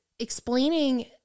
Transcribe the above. explaining